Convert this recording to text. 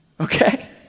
okay